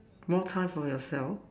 more time for yourself